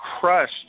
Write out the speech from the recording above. crushed